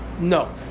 No